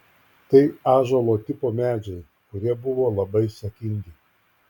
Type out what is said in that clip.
tai ąžuolo tipo medžiai kurie buvo labai sakingi